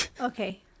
okay